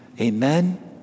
Amen